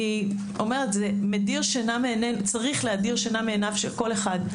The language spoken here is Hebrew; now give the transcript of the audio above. זה צריך להדיר שינה מעיניו של כל אחד.